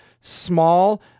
small